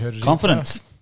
Confidence